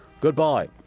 goodbye